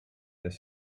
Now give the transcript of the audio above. their